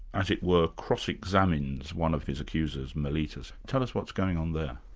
as it were, cross-examines one of his accusers, meletus. tell us what's going on there.